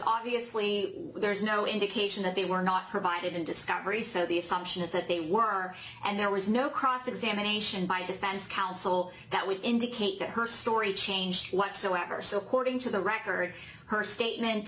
obviously there is no indication that they were not provided in discovery so the assumption is that they were and there was no cross examination by defense counsel that would indicate that her story changed whatsoever so according to the record her